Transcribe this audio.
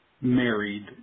Married